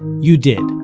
you did,